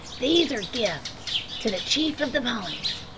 these are gifts to the chief of the pawnees.